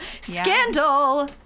Scandal